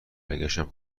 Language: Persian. برگشتم